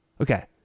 Okay